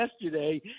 yesterday